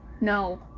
no